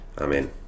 Amen